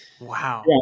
Wow